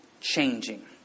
changing